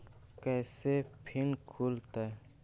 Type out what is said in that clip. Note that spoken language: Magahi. कैसे फिन खुल तय?